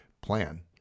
plan